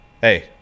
Hey